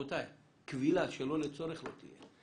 כבילה שלא לצורך לא תהיה.